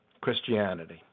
Christianity